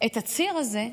את הציר הזה: